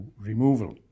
removal